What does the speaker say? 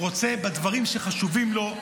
רוצה שלא יתערבו לו בדברים שחשובים לו,